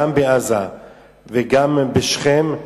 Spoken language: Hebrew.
גם בעזה וגם בשכם,